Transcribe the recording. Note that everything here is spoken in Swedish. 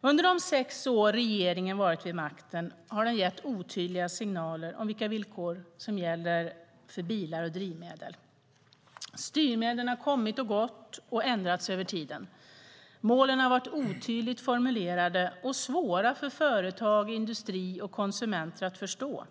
Under de sex år regeringen har varit vid makten har den gett otydliga signaler om vilka villkor som gäller för bilar och drivmedel. Styrmedlen har kommit och gått och ändrats över tid. Målen har varit otydligt formulerade och svåra för företag, industri och konsumenter att förstå.